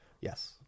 Yes